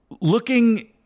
looking